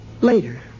Later